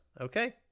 okay